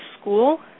school